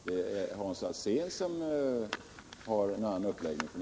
Det är alltså Hans Alsén som har en annan uppläggning f. n.